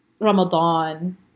Ramadan